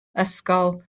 ysgol